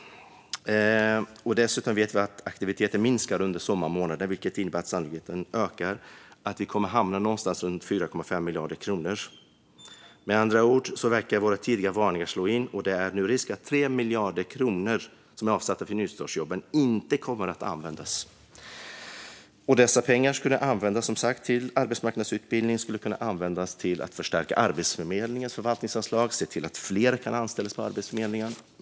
Dessutom vet vi att aktiviteten minskar under sommarmånaderna, vilket innebär att sannolikheten ökar för att vi kommer att hamna någonstans runt 4,5 miljarder kronor. Med andra ord verkar våra tidigare varningar slå in, och risken är nu att 3 miljarder kronor som är avsatta för nystartsjobb inte kommer att användas. Dessa pengar skulle som sagt kunna användas till arbetsmarknadsutbildning och till att förstärka Arbetsförmedlingens förvaltningsanslag så att fler kan anställas på Arbetsförmedlingen.